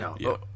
no